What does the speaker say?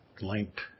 linked